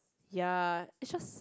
ya is just